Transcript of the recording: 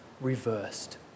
reversed